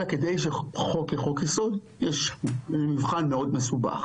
אלא כדי שחוק זה חוק יסוד, יש מבחן מאוד מסובך,